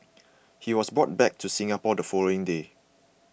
he was brought back to Singapore the following day